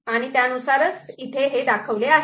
आणि त्यानुसारच इथे ते दाखवले आहेत